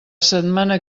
setmana